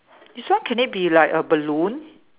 this one can it be like a balloon